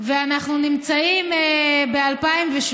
ואנחנו נמצאים ב-2017,